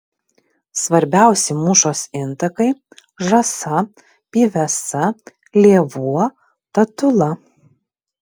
svarbiausi mūšos intakai žąsa pyvesa lėvuo tatula